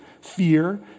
fear